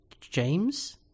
James